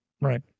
Right